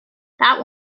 that